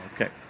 okay